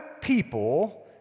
people